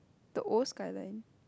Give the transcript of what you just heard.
the old skyline